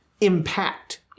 impact